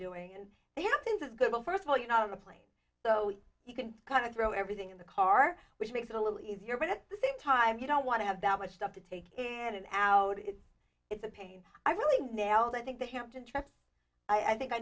doing and the app is good well first of all you know on the plane so you can kind of throw everything in the car which makes it a little easier but at the same time you don't want to have that much stuff to take in and out it is a pain i really nailed i think the hampton trip i think i